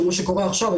כמו שקורה עכשיו.